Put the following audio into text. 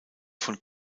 von